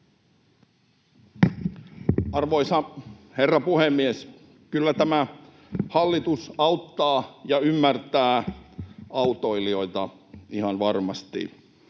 Arvoisa herra puhemies! Kyllä tämä hallitus auttaa ja ymmärtää autoilijoilta ihan varmasti.